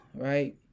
right